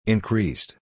Increased